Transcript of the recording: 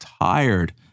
tired